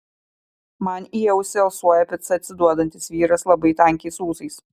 man į ausį alsuoja pica atsiduodantis vyras labai tankiais ūsais